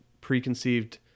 preconceived